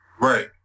right